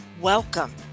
Welcome